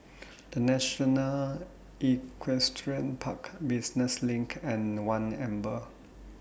The National Equestrian Park Business LINK and one Amber